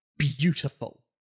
beautiful